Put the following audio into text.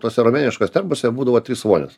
tuose romėniškuos termose būdavo trys vonios